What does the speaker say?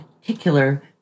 particular